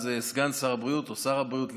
אז סגן שר הבריאות או שר הבריאות ליצמן,